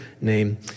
name